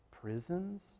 prisons